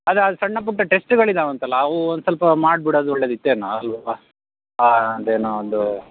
ಅದು ಆದು ಸಣ್ಣ ಪುಟ್ಟ ಟೆಸ್ಟ್ಗಳಿದಾವೆ ಅಂತಲ್ಲ ಅವು ಒಂದು ಸ್ವಲ್ಪ ಮಾಡ್ಬಿಡೋದು ಒಳ್ಳೆಯದು ಇತ್ತು ಏನೋ ಅಲ್ಲವಾ ಅದೇನೋ ಅದು